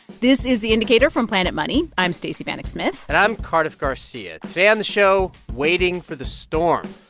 this is the indicator from planet money. i'm stacey vanek smith and i'm cardiff garcia. today on the show, waiting for the storm.